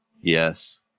Yes